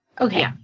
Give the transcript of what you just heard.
Okay